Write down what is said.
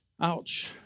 Ouch